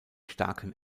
starken